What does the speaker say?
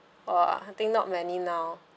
!wah! I think not many now